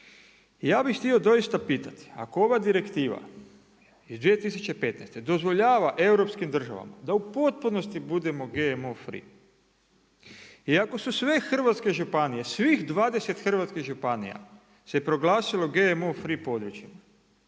Ja bih htio doista pitati ako ova Direktiva iz 2015. dozvoljava europskim državama da u potpunosti budemo GMO free i ako su sve hrvatske županije, svih 20 hrvatskih županija se proglasilo GMO free područjem